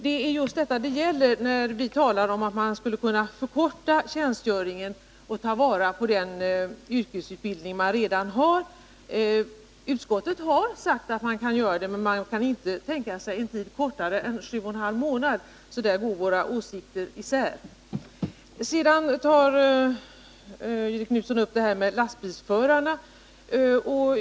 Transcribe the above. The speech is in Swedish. Det är just detta det gäller när vi talar om att man skulle kunna förkorta tjänstgöringen och ta vara på den yrkesutbildning dessa värnpliktiga redan har. Utskottet har sagt att man kan göra det men kan inte tänka sig en tid kortare än sju och en halv månader. Där går alltså våra åsikter isär. Sedan tar Göthe Knutson upp lastbilsförarna.